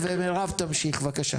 מירב תמשיכי בבקשה.